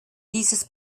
dieses